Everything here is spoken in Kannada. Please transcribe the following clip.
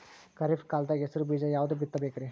ಖರೀಪ್ ಕಾಲದಾಗ ಹೆಸರು ಬೀಜ ಯಾವದು ಬಿತ್ ಬೇಕರಿ?